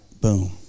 Boom